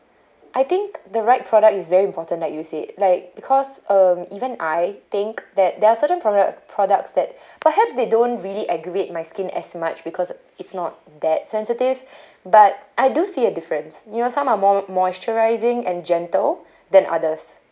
I think the right product is very important like you said like because um even I think that there are certain product products that perhaps they don't really aggravate my skin as much because it's not that sensitive but I do see a difference you know some are more mos~ moisturising and gentle than others